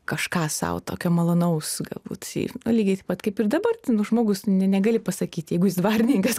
kažką sau tokio malonaus galbūt ji lygiai taip pat kaip ir dabar nu žmogus ne negali pasakyt jeigu jis dvarininkas